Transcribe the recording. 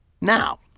Now